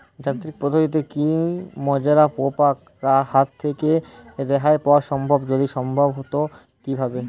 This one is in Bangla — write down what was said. যান্ত্রিক পদ্ধতিতে কী মাজরা পোকার হাত থেকে রেহাই পাওয়া সম্ভব যদি সম্ভব তো কী ভাবে?